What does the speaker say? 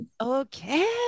Okay